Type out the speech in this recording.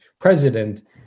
president